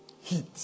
heat